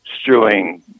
strewing